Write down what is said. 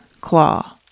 Claw